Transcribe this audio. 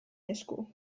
esku